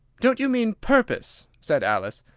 don't you mean purpose? said alice.